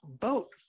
vote